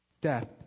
death